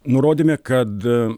nurodėme kad